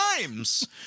times